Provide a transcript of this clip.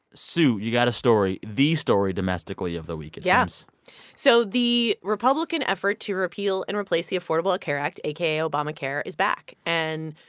sue, you've got a story. the story, domestically, of the week it yeah seems so the republican effort to repeal and replace the affordable ah care act, aka obamacare, is back. and.